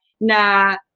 na